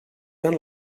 tan